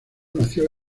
nació